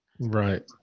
Right